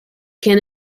can